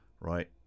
right